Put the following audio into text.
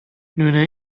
lunar